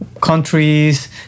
countries